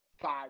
five